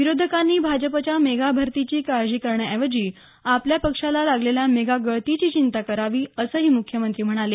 विरोधकांनी भाजपच्या मेगा भरतीची काळजी करण्याऐवजी आपल्या पक्षांला लागलेल्या मेगा गळतीची चिंता करावी असंही मुख्यमंत्री म्हणाले